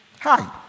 Hi